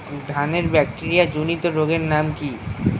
ধানের ব্যাকটেরিয়া জনিত রোগের নাম কি?